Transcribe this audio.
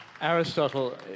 Aristotle